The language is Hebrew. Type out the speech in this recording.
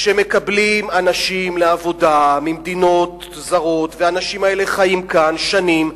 כשמקבלים לעבודה אנשים ממדינות זרות והאנשים האלה חיים כאן שנים,